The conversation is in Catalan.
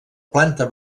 planta